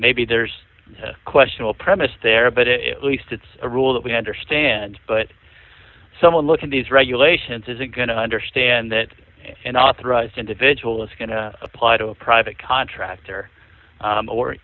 maybe there's a question a premise there but it least it's a rule that we understand but someone look at these regulations isn't going to understand that if an authorized individual is going to apply to a private contractor